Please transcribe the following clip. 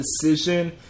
decision